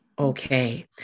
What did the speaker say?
okay